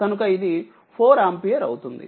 కనుక ఇది 4 ఆంపియర్ అవుతుంది